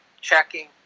checking